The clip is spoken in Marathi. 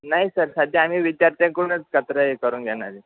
नाही सर सध्या आम्ही विद्यार्थ्यांकडूनच कचरा हे करून घेणार आहे